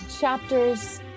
Chapters